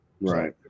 Right